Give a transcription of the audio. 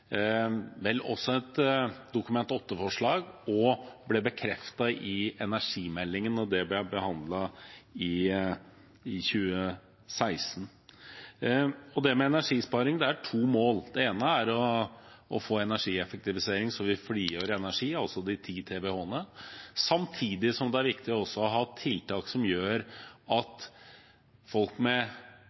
vel også et Dokument 8-forslag, og ble bekreftet i energimeldingen da den ble behandlet i 2016. Når det gjelder energisparing, er det snakk om to mål. Det er å få energieffektivisering slik at vi frigjør energi, altså de 10 TWh-ene, samtidig som det er viktig også å ha tiltak som gjør at folk med